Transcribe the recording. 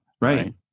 right